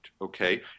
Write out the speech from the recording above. okay